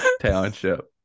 Township